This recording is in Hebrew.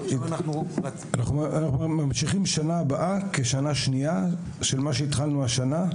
אנחנו ממשיכים שנה הבאה כשנה שנייה של מה שהתחלנו השנה,